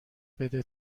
بده